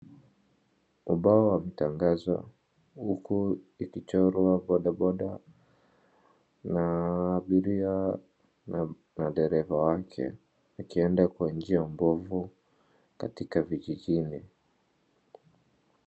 Ubao wa matangazo huku ikichorwa bodaboda na abiria na dereva wake, akienda kwa njia mbovu katika vijijini.